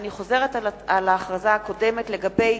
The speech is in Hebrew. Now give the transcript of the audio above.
אני חוזרת על ההודעה הקודמת לגבי